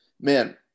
man